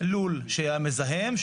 לול שהיה מזהם,